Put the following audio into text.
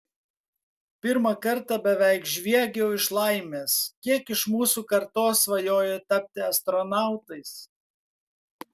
pirmą kartą beveik žviegiau iš laimės kiek iš mūsų kartos svajojo tapti astronautais